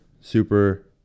super